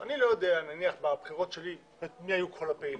אני לא יודע בבחירות שלי מי היו כל הפעילים,